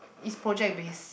is project based